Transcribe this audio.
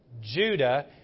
Judah